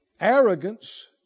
Arrogance